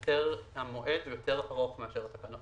יותר ארוך מאשר התקנות.